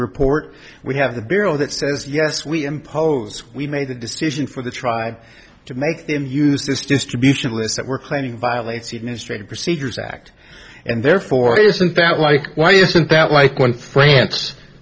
report we have the bill that says yes we impose we made the decision for the try to make use this distribution list that we're planning violates the administrative procedures act and therefore isn't that like why isn't that like when france